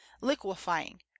liquefying